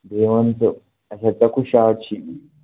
بیٚیہِ وَنہٕ تہٕ اَسہِ حظ ژےٚ کُس شاٹ چھِ